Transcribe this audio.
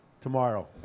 tomorrow